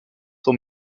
son